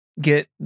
get